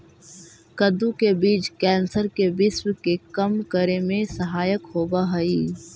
कद्दू के बीज कैंसर के विश्व के कम करे में सहायक होवऽ हइ